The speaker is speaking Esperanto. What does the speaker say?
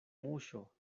muŝo